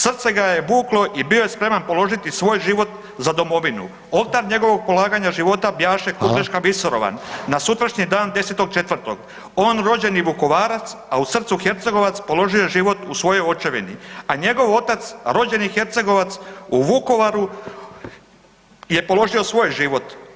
Srce ga je vuklo i bio je spreman položiti svoj život za domovinu, oltar njegovog polaganja života bijaše …/Govornici govore u isto vrijeme./… visoravan, na sutrašnji dan 10.4., on rođeni Vukovarac, a u srcu Hercegovac položio je život u svojoj očevini, a njegov otac rođeni Hercegovac u Vukovaru je položio svoj život.